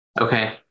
Okay